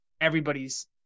everybody's